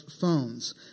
phones